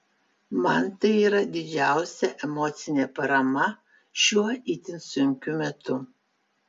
man tai yra didžiausia emocinė parama šiuo itin sunkiu metu